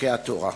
בחוקי התורה.